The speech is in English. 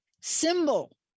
symbol